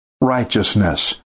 righteousness